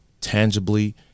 tangibly